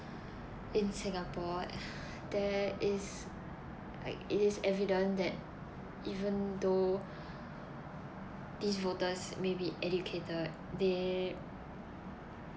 in singapore there is like it is evident that even though these voters may be educated they